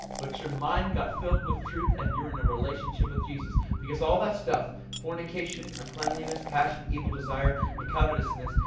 but your mind got filled with truth, and you're in a relationship with jesus. because all that stuff, fornication, uncleanliness, passion, evil desire, and covetousness,